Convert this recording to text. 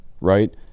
Right